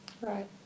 right